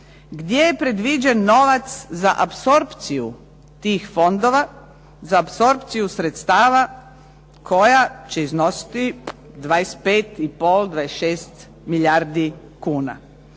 gdje je predviđen novac za apsorpciju tih fondova za apsorpciju sredstava koja će iznositi 25,5, 26 milijardi kuna.